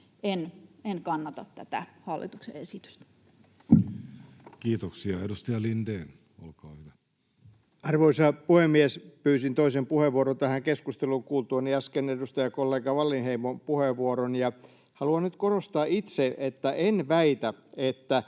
En kannata tätä hallituksen esitystä. Kiitoksia. — Edustaja Lindén, olkaa hyvä. Arvoisa puhemies! Pyysin toisen puheenvuoron tähän keskusteluun kuultuani äsken edustajakollega Wallinheimon puheenvuoron. Haluan nyt korostaa itse, että en väitä, että